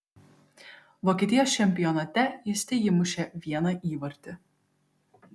vokietijos čempionate jis teįmušė vieną įvartį